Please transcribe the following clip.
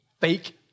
fake